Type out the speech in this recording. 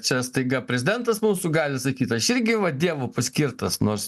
čia staiga prezidentas mūsų gali sakyt aš irgi va dievo paskirtas nors